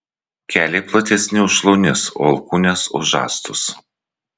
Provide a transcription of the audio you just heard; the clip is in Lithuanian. keliai platesni už šlaunis o alkūnės už žastus